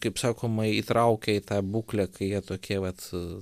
kaip sakoma įtraukia į tą būklę kai jie tokie vat